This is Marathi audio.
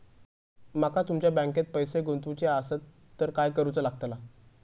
माका तुमच्या बँकेत पैसे गुंतवूचे आसत तर काय कारुचा लगतला?